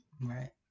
right